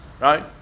Right